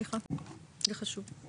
סליחה, זה חשוב.